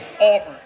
Auburn